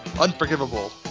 unforgivable